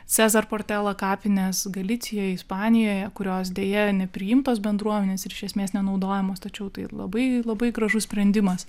cezar portela kapinės galicijoj ispanijoje kurios deja nepriimtos bendruomenės ir iš esmės nenaudojamos tačiau tai labai labai gražus sprendimas